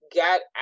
got